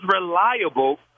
reliable